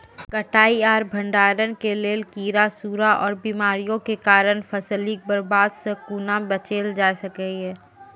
कटाई आर भंडारण के लेल कीड़ा, सूड़ा आर बीमारियों के कारण फसलक बर्बादी सॅ कूना बचेल जाय सकै ये?